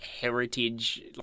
heritage